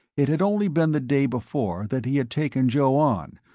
it had only been the day before that he had taken joe on,